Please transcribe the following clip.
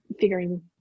figuring